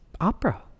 opera